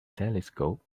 telescope